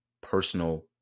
personal